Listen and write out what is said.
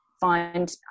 find